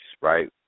right